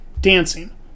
dancing